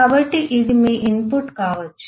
కాబట్టి ఇది మీ ఇన్పుట్ కావచ్చు